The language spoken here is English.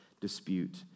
dispute